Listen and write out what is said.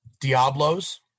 Diablos